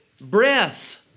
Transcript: Breath